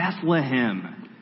Bethlehem